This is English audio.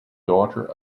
daughter